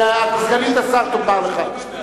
סגנית השר תאמר לך.